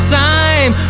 time